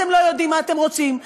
אתם לא יודעים מה אתם רוצים.